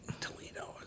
Toledo